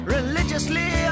Religiously